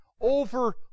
over